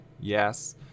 yes